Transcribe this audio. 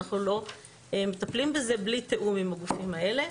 אנחנו לא מטפלים בזה בלי תיאום עם הגופים האלה.